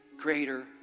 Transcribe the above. greater